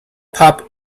pup